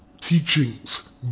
teachings